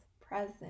present